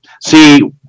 see